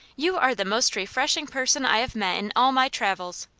you are the most refreshing person i have met in all my travels.